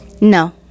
No